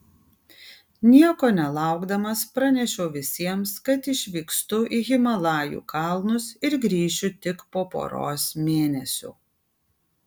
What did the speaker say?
nieko nelaukdamas pranešiau visiems kad išvykstu į himalajų kalnus ir grįšiu tik po poros mėnesių